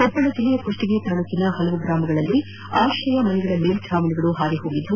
ಕೊಪ್ಪಳ ಜಿಲ್ಲೆಯ ಕುಪ್ಪಗಿ ತಾಲೂಕಿನ ಹಲವು ಗ್ರಾಮಗಳಲ್ಲಿನ ಆತ್ರಯ ಮನೆಗಳ ಮೇಲ್ದಾವಣಿಗಳು ಹಾರಿ ಹೋಗಿದ್ದು